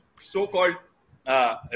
so-called